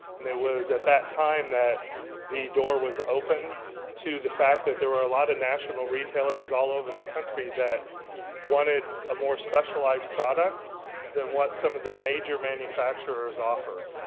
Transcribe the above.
and it was at that time that the door was opened to the fact that there were a lot of national retailers all over the country that wanted a more specialized product than what some of the major manufacturers offered.